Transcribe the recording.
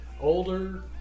older